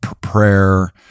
prayer